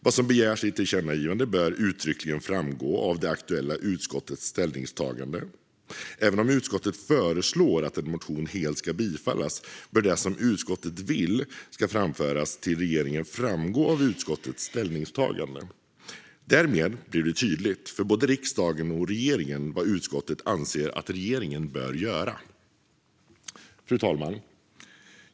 Vad som begärs i ett tillkännagivande bör uttryckligen framgå av det aktuella utskottets ställningstagande. Även om utskottet föreslår att en motion helt ska bifallas bör det som utskottet vill ska framföras till regeringen framgå av utskottets ställningstagande. Därmed blir det tydligt för både riksdagen och regeringen vad utskottet anser att regeringen bör göra. Fru talman!